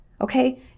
Okay